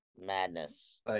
Madness